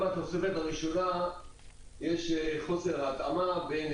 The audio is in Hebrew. גם בתוספת הראשונה א' יש חוסר התאמה בין